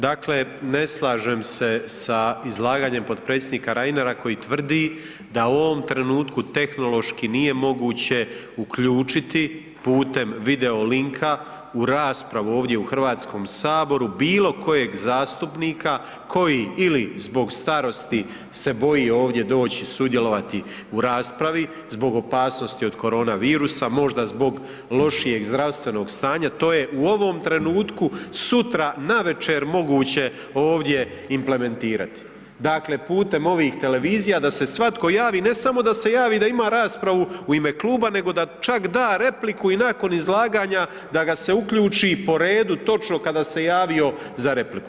Dakle, ne slažem se sa izlaganjem potpredsjednika Reinera koji tvrdi da u ovom trenutku tehnološki nije moguće uključiti putem video linka u raspravu ovdje u HS-u bilo kojeg zastupnika koji ili zbog starosti se boji ovdje doći sudjelovati u raspravi, zbog opasnosti od korona virusa, možda zbog lošijeg zdravstvenog stanja, to je u ovom trenutku sutra navečer moguće ovdje implementirati dakle putem ovih televizija da se svatko javi, ne samo da se javi i da ima raspravu u ime kluba nego da čak da repliku i nakon izlaganja da ga se uključi po redu točno kada se javio za repliku.